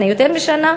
לפני יותר משנה,